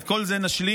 את כל זה נשלים.